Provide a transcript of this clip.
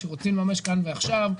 שרוצים לממש כאן ועכשיו,